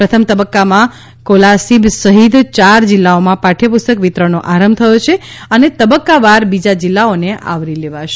પ્રથમ તબક્કામાં કોલાસીબ સહિત ચાર જિલ્લાઓમાં પાઠ્યપુસ્તક વિતરણનો આરંભ થયો છે અને તબક્કાવાર બીજા જિલ્લાઓને આવરી લેવાશે